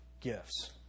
gifts